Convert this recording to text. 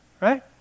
Right